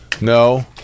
No